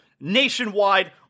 nationwide